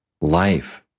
Life